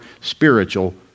spiritual